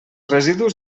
residus